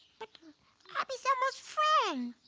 but abby's elmo's friend.